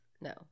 No